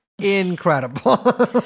Incredible